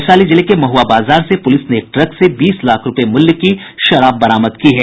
वैशाली जिले के महुआ बाजार से पुलिस ने एक ट्रक से बीस लाख रूपये मुल्य की शराब बरामद की है